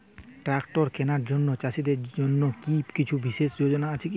Tractor কেনার জন্য চাষীদের জন্য কী কিছু বিশেষ যোজনা আছে কি?